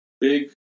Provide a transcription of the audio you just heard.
big